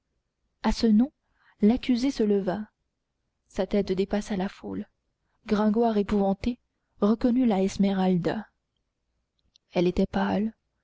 à ce nom l'accusée se leva sa tête dépassa la foule gringoire épouvanté reconnut la esmeralda elle était pâle